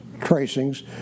tracings